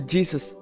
Jesus